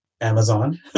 Amazon